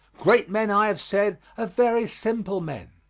great men, i have said, are very simple men.